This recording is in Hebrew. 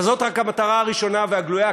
אבל זאת רק המטרה הראשונה והגלויה,